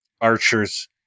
Archer's